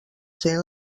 sent